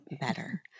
better